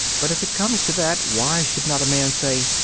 but if it comes to that why should not a man say,